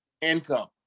income